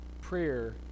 prayer